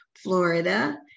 Florida